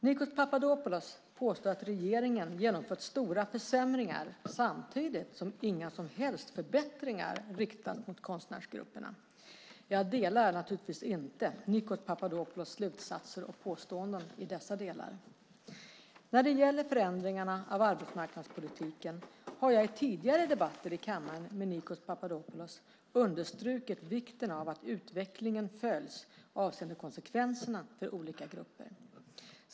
Nikos Papadopoulos påstår att regeringen genomfört stora försämringar samtidigt som inga som helst förbättringar riktats mot konstnärsgrupperna. Jag delar naturligtvis inte Nikos Papadopoulos slutsatser och påståenden i dessa delar. När det gäller förändringarna av arbetsmarknadspolitiken har jag i tidigare debatter i kammaren med Nikos Papadopoulos understrukit vikten av att utvecklingen följs avseende konsekvenserna för olika grupper.